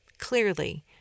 Clearly